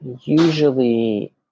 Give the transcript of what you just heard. usually